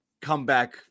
comeback